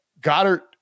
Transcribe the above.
Goddard